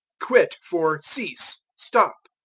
quit for cease, stop.